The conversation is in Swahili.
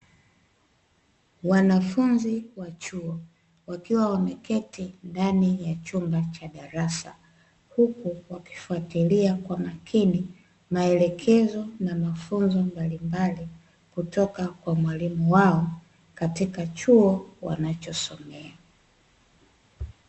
Wanafunzi wa chuo wakiwa wameketi ndani ya chumba cha darasa huku wakifuatilia kwa makini maelekezo na mafunzo mbalimbali kutoka kwa mwalimu wao katika chuo wanachosomea .